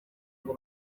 ngo